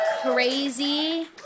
Crazy